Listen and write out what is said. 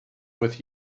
with